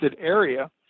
area